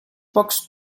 pocs